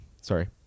Sorry